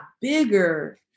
bigger